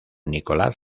nicolás